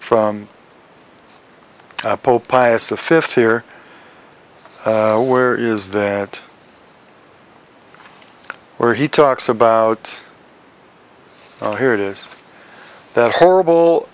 from pope pius the fifth year where is that where he talks about oh here it is that horrible